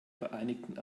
vereinigten